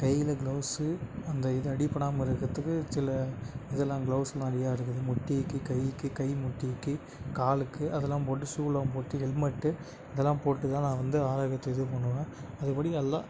கையில் க்லௌஸு அந்த இது அடிப்படாமல் இருக்கிறத்துக்கு சில இதெல்லாம் க்லௌஸ் மாதிரியா இருக்குது முட்டிக்கு கைக்கு கை முட்டிக்கு காலுக்கு அதெல்லாம் போட்டு ஷுலாம் போட்டு ஹெல்மெட்டு இதெல்லாம் போட்டு தான் நான் வந்து ஆரோக்கியத்தை இது பண்ணுவேன் அதேப்படி எல்லா